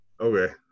Okay